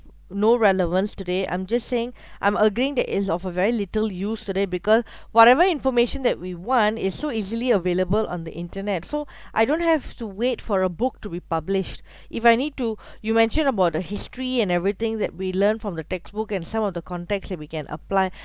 no relevance today I'm just saying I'm agreeing that is of a very little use today because whatever information that we want is so easily available on the internet so I don't have to wait for a book to be published if I need to you mentioned about the history and everything that we learned from the textbook and some of the context and we can apply